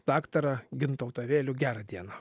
daktarą gintautą vėlių gerą dieną